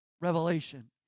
Revelation